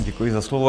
Děkuji za slovo.